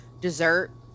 dessert